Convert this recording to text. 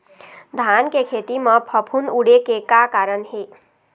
धान के खेती म फफूंद उड़े के का कारण हे?